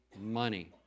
money